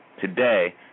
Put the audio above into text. today